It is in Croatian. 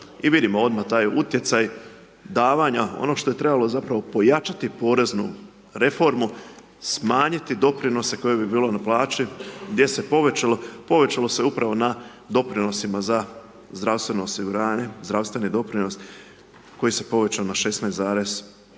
i vidimo odmah taj utjecaj davanja, ono što je trebalo zapravo pojačati poreznu reformu, smanjiti doprinose koji bi bili na plaći, gdje se povećalo, povećalo se upravo na doprinosima za zdravstveno osiguranje, zdravstveni doprinos koji se povećao na 16,5%